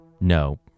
No